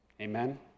Amen